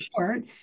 short